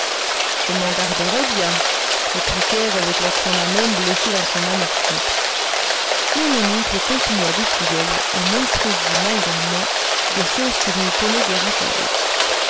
je m'en garderai bien répliquai-je avec l'accent d'un homme blessé dans son amour-propre mais mon oncle continua de plus belle et m'instruisit malgré moi de choses que je ne tenais guère à savoir